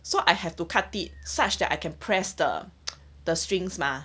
so I have to cut it such that I can press the the strings mah